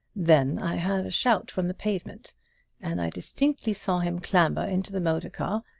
then i heard a shout from the pavement and i distinctly saw him clamber into the motor car,